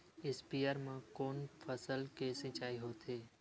स्पीयर म कोन फसल के सिंचाई होथे?